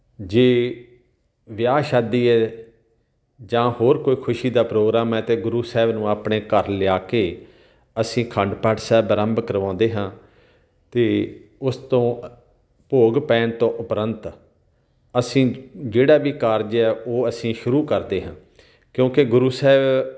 ਜੇ ਵਿਆਹ ਸ਼ਾਦੀ ਹੈ ਜਾਂ ਹੋਰ ਕੋਈ ਖੁਸ਼ੀ ਦਾ ਪ੍ਰੋਗਰਾਮ ਹੈ ਤਾਂ ਗੁਰੂ ਸਾਹਿਬ ਨੂੰ ਆਪਣੇ ਘਰ ਲਿਆ ਕੇ ਅਸੀਂ ਅਖੰਡ ਪਾਠ ਸਾਹਿਬ ਆਰੰਭ ਕਰਵਾਉਂਦੇ ਹਾਂ ਅਤੇ ਉਸ ਤੋਂ ਅ ਭੋਗ ਪੈਣ ਤੋਂ ਉਪਰੰਤ ਅਸੀਂ ਜਿਹੜਾ ਵੀ ਕਾਰਜ ਹੈ ਉਹ ਅਸੀਂ ਸ਼ੁਰੂ ਕਰਦੇ ਹਾਂ ਕਿਉਂਕਿ ਗੁਰੂ ਸਾਹਿਬ